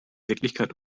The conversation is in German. wirklichkeit